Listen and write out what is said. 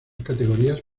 categorías